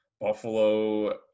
Buffalo